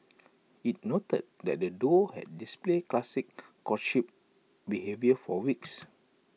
IT noted that the duo had displayed classic courtship behaviour for weeks